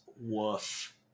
Woof